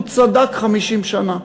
הוא צדק 50 שנה.